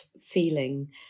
feeling